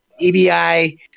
EBI